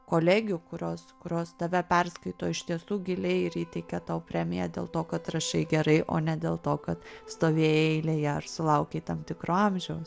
kolegių kurios kurios tave perskaito iš tiesų giliai ir įteikia tau premiją dėl to kad rašai gerai o ne dėl to kad stovėjai eilėje ar sulaukei tam tikro amžiaus